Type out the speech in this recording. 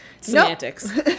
Semantics